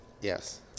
Yes